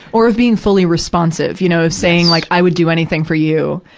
or of being fully responsive, you know, of saying, like, i would do anything for you.